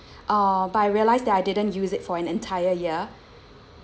uh but I realised that I didn't use it for an entire year